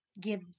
give